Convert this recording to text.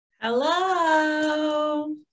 Hello